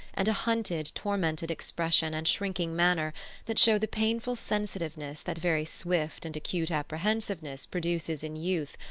and a hunted, tormented expression and shrinking manner that show the painful sensitiveness that very swift and acute apprehensiveness produces in youth,